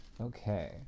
Okay